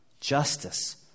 justice